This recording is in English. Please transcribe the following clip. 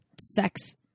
sex